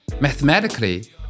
Mathematically